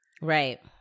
Right